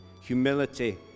humility